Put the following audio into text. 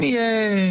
אם יהיה